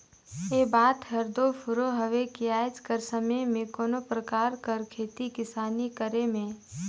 ए बात हर दो फुरों हवे कि आएज कर समे में कोनो परकार कर खेती किसानी करे में